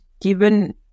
given